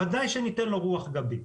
בוודאי שניתן לו רוח גבית.